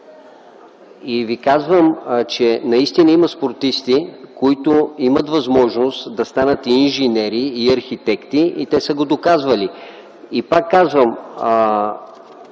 И Ви казвам, че наистина има спортисти, които имат възможност да станат и инженери, и архитекти и те са го доказвали. Пак казвам,